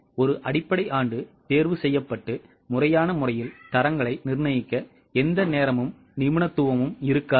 எனவே ஒரு அடிப்படை ஆண்டு தேர்வு செய்யப்பட்டு முறையான முறையில் தரங்களை நிர்ணயிக்க எந்த நேரமும் நிபுணத்துவமும் இருக்காது